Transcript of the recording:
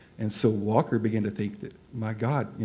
and so walker began to think that my god,